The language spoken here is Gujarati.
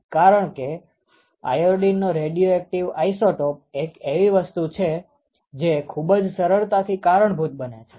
કારણ કે આયોડીનનો રેડીયોએક્ટીવ આઇસોટોપ એક એવી વસ્તુ છે જે ખૂબ જ સરળતાથી કારણભૂત બને છે